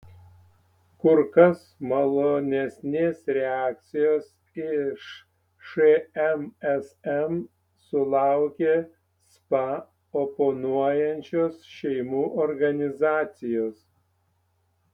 kur kas malonesnės reakcijos iš šmsm sulaukė spa oponuojančios šeimų organizacijos